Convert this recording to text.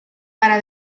para